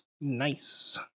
nice